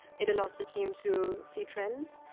it allows the team to see trends,